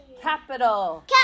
Capital